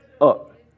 up